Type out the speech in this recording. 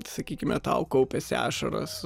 sakykime tau kaupėsi ašaros